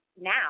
now